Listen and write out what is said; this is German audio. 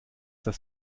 das